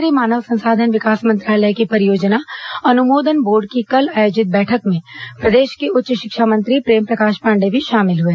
केन्द्रीय मानव संसाधन विकास मंत्रालय की परियोजना अनुमोदन बोर्ड की कल आयोजित बैठक में प्रदेश के उच्च शिक्षा मंत्री प्रेमप्रकाश पाण्डेय भी शामिल हए